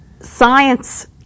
science